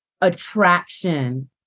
attraction